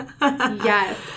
Yes